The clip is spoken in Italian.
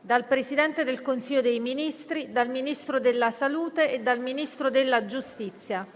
*dal Presidente del Consiglio dei ministri, dal Ministro della salute e dal Ministro della giustizia:*